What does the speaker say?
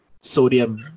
sodium